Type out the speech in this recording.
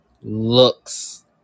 looks